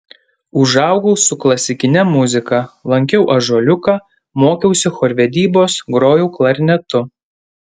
užaugau su klasikine muzika lankiau ąžuoliuką mokiausi chorvedybos grojau klarnetu